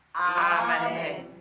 Amen